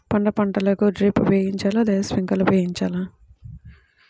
పండ్ల పంటలకు డ్రిప్ ఉపయోగించాలా లేదా స్ప్రింక్లర్ ఉపయోగించాలా?